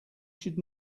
should